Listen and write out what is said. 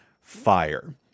fire